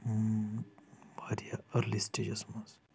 واریاہ early stages منٛز